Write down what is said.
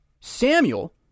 Samuel